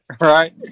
Right